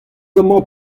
amañ